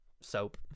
soap